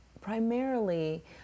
primarily